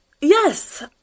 yes